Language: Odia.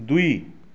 ଦୁଇ